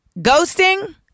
ghosting